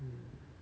hmm